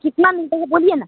कितना मिलता है ये बोलिए न